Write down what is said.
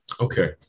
Okay